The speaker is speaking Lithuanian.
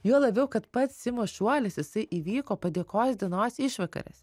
juo labiau kad pats simo šuolis jisai įvyko padėkos dienos išvakarėse